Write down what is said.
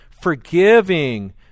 Forgiving